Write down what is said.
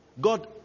God